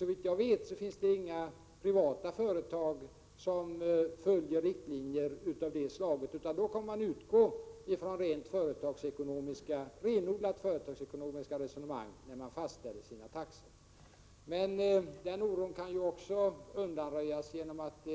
Såvitt jag vet finns det inga privata företag som följer riktlinjer av det slaget, utan dessa kommer att utgå från renodlat företagsekonomiska resonemang när de fastställer sina taxor. Men oron kan också undanröjas genom att